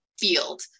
field